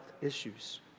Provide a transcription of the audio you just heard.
issues